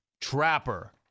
Trapper